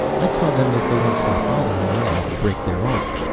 i tell them if they don't stop bothering me i'll break their arm.